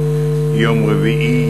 יום רביעי,